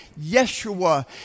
Yeshua